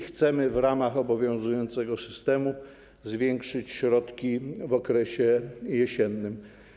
Chcemy w ramach obowiązującego systemu zwiększyć środki w okresie jesiennym.